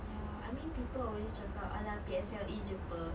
ya I mean people always cakap !alah! P_S_L_E jer [pe]